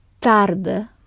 tarde